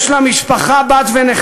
יש לה משפחה, בת ונכדה.